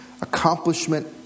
accomplishment